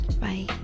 Bye